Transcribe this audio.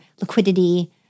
liquidity